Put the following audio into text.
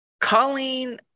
Colleen